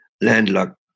landlocked